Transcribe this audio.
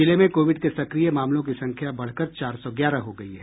जिले में कोविड के सक्रिय मामलों की संख्या बढ़कर चार सौ ग्यारह हो गयी है